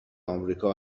امریکا